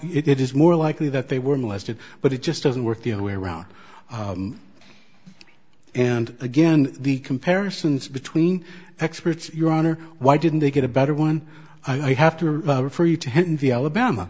it is more likely that they were molested but it just doesn't work the other way around and again the comparisons between experts your honor why didn't they get a better one i have to refer you to